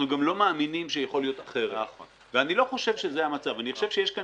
אני חושב שיהיה